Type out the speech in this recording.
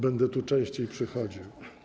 Będę tu częściej przychodził.